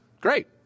great